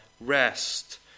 rest